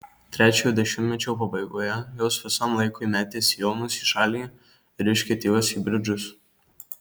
trečiojo dešimtmečio pabaigoje jos visam laikui metė sijonus į šalį ir iškeitė juos į bridžus